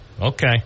Okay